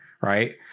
right